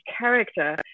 character